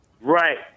Right